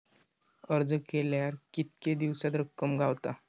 अर्ज केल्यार कीतके दिवसात रक्कम गावता?